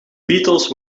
beatles